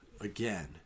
Again